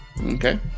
okay